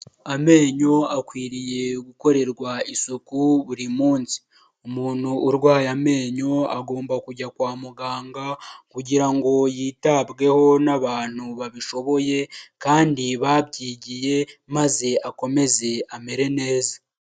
Amenyo akwiriye gukorerwa isuku buri munsi, umuntu urwaye amenyo agomba kujya kwa muganga kugira ngo yitabweho n'abantu babishoboye kandi babyigiye maze akomeze amere neza.